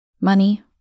Money